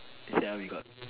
ya Sia we got